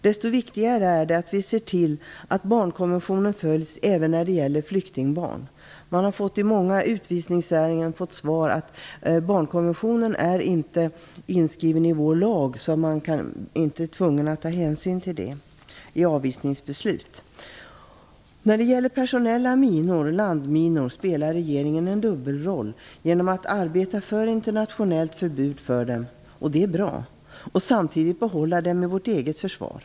Desto viktigare är det att vi ser till att barnkonventionen följs även när det gäller flyktingbarn. I många utvisningsärenden har svaret varit att barnkonventionen inte är inskriven i den svenska lagen och att man därför inte är tvungen att ta hänsyn till den saken i avvisningsbeslut. När det gäller personella minor, landminor, spelar regeringen en dubbelroll genom att arbeta för ett internationellt förbud för dessa - det är bra - och samtidigt behålla dem i vårt eget försvar.